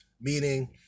meaning